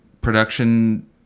production